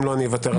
אם לא, אני אוותר.